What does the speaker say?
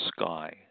sky